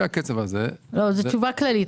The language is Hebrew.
זאת תשובה כללית.